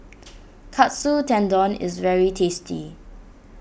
Katsu Tendon is very tasty